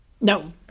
No